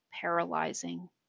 paralyzing